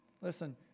Listen